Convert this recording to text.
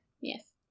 Yes